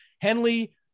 Henley